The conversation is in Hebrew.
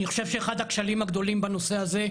אני חושב שאחד הכשלים הגדולים בנושא הזה,